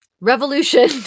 Revolution